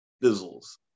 fizzles